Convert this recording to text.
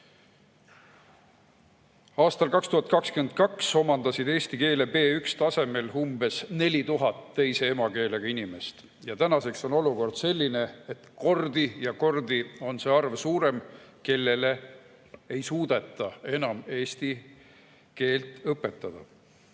Aastal 2022 omandasid eesti keele B1-tasemel umbes 4000 teise emakeelega inimest. Tänaseks on olukord selline, et kordi ja kordi on suurem [inimeste] arv, kellele ei suudeta enam eesti keelt õpetada.